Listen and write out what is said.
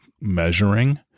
measuring